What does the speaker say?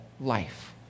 life